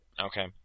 Okay